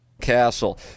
Castle